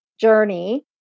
journey